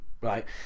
right